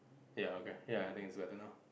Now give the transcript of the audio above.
ya okay ya I think it's better now